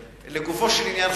לגופו של עניין,